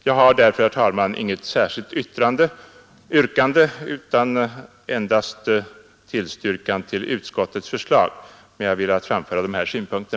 Jag har därför, herr talman, inget särskilt yrkande utan tillstyrker utskottets förslag. Jag har dock velat anföra dessa synpunkter.